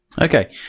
Okay